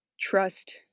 trust